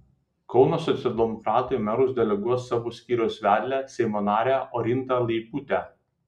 kauno socialdemokratai į merus deleguos savo skyriaus vedlę seimo narę orintą leiputę